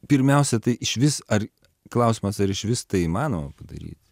pirmiausia tai išvis ar klausimas ar išvis tai įmanoma padaryt